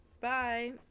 Bye